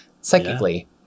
psychically